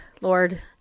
Lord